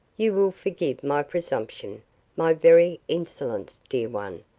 you will forgive my presumption my very insolence, dear one,